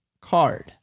card